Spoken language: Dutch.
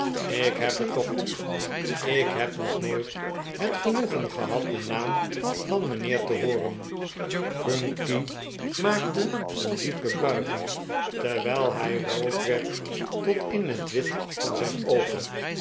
ik heb het toch goed ik heb nog nooit het genoegen gehad den naam van mijnheer te hooren phunky maakte een diepe buiging terde zaak der eischeres wordt bepleit wljl hij rood wer'd tot in het wit van zijn oogen